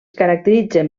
caracteritzen